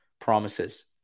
promises